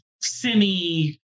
semi